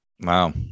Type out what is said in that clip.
Wow